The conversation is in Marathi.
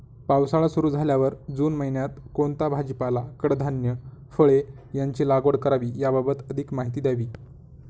पावसाळा सुरु झाल्यावर जून महिन्यात कोणता भाजीपाला, कडधान्य, फळे यांची लागवड करावी याबाबत अधिक माहिती द्यावी?